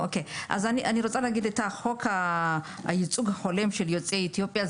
אני רוצה להגיד חוק הייצוג ההולם של יוצאי אתיופיה.